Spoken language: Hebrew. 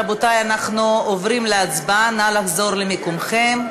רבותי, אנחנו עוברים להצבעה, נא לחזור למקומותיכם.